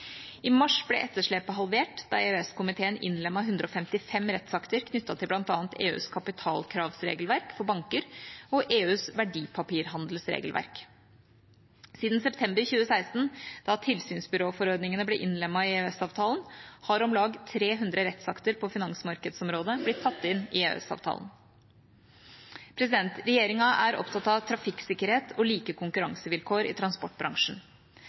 I mars ble etterslepet halvert, da EØS-komiteen innlemmet 155 rettsakter knyttet til bl.a EUs kapitalkravsregelverk for banker og EUs verdipapirhandelsregelverk. Siden september 2016, da tilsynsbyråforordningene ble innlemmet i EØS-avtalen, har om lag 300 rettsakter på finansmarkedsområdet blitt tatt inn i EØS-avtalen. Regjeringa er opptatt av trafikksikkerhet og like konkurransevilkår i transportbransjen.